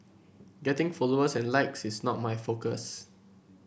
getting followers and likes is not my focus